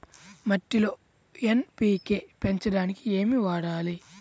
మట్టిలో ఎన్.పీ.కే పెంచడానికి ఏమి వాడాలి?